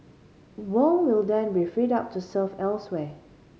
Wong will then be freed up to serve elsewhere